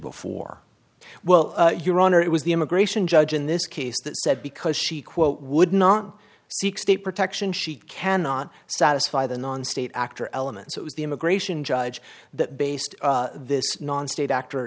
before well your honor it was the immigration judge in this case that said because she quote would not seek state protection she cannot satisfy the non state actor elements it was the immigration judge that based this non state actor